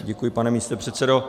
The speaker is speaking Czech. Děkuji, pane místopředsedo.